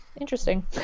interesting